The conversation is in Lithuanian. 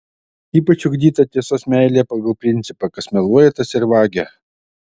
ypač ugdyta tiesos meilė pagal principą kas meluoja tas ir vagia